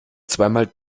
zweimal